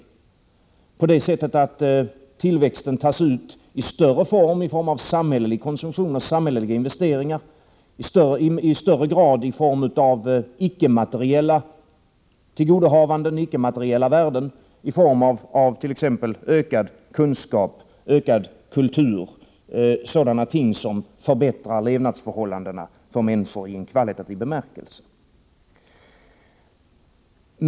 Tillväxten skulle på det sättet kunna tas ut i högre grad i form av samhällelig konsumtion och samhälleliga investeringar, i högre grad i form av icke-materiella tillgodohavanden, icke-materiella värden, t.ex. ökad kunskap och ökad kultur — sådana ting som förbättrar levnadsförhållandena för människor i en kvalitativ bemärkelse.